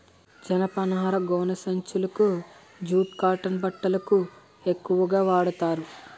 జనపనార గోనె సంచులకు జూట్ కాటన్ బట్టలకు ఎక్కువుగా వాడతారు